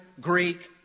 Greek